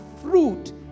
fruit